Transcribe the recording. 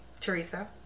Teresa